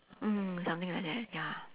mm something like that ya